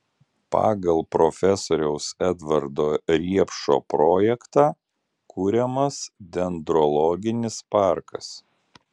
pagal profesoriaus edvardo riepšo projektą kuriamas dendrologinis parkas